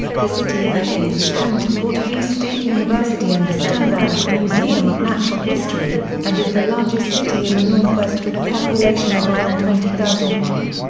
the city of hays is home to fort hays state university and the sternberg museum of natural history, and is the largest city in the northwest with a population of around twenty thousand and one.